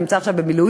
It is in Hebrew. שנמצא עכשיו במילואים.